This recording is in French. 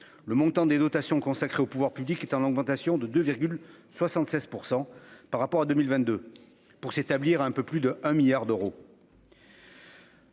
le montant des dotations consacrées aux pouvoirs publics est en augmentation de 2 76 % par rapport à 2022, pour s'établir à un peu plus de un milliard d'euros.